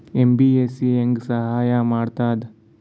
MBFC ಹೆಂಗ್ ಸಹಾಯ ಮಾಡ್ತದ?